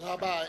תודה רבה.